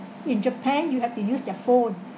in japan you have to use their phone